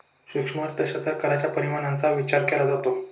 सूक्ष्म अर्थशास्त्रात कराच्या परिणामांचा विचार केला जातो